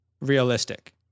realistic